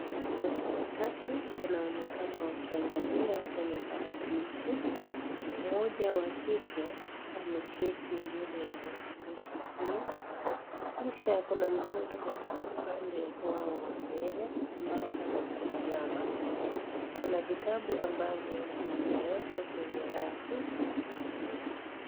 Watu watatu wanaonekana wakiangalia kwenye tarakilishi. Mmoja wa kike ameketi mbele ya tarakilishi hiyo. Kisha kuna mtoto katika upande wao wa mbele ambao anamtazama. Kuna vitabu ambavyo vimewekwa kwenye rafu.